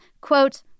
quote